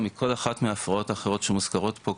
מכל אחת מההפרעות האחרות שמוזכרות פה,